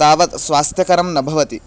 तावत् स्वास्थ्यकरं न भवति